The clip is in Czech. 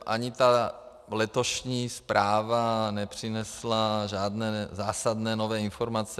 Ani letošní zpráva nepřinesla žádné zásadní nové informace.